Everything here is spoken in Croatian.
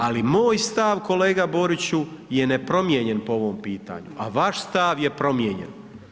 Ali moj stav, kolega Boriću je nepromijenjen po ovom pitanju, a vaš stav je promijenjen.